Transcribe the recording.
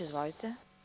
Izvolite.